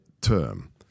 term